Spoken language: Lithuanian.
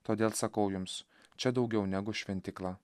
todėl sakau jums čia daugiau negu šventykla